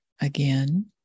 again